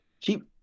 Keep